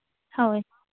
ᱦᱳᱭ